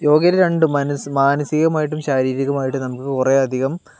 യോഗയില് രണ്ടും മാനസികമായിട്ടും ശാരീരികമായിട്ടും നമുക്ക് കുറേ അധികം